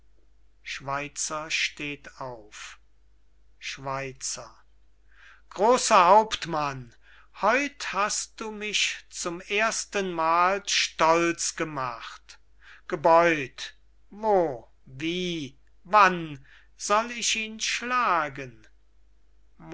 schweizer großer hauptmann heute hast du mich zum erstenmal stolz gemacht gebeut wo wie wann soll ich ihn schlagen